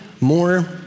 more